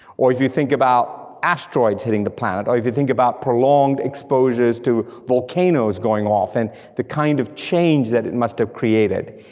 or if you think about asteroids hitting the planet, or if you think prolonged exposures to volcanoes going off and the kind of change that it must have created,